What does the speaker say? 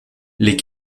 les